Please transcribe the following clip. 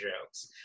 jokes